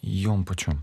jom pačiom